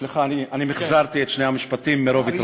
סליחה, אני מחזרתי את שני המשפטים מרוב התרגשות.